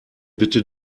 bitte